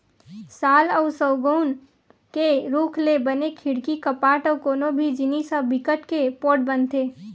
साल अउ सउगौन के रूख ले बने खिड़की, कपाट अउ कोनो भी जिनिस ह बिकट के पोठ बनथे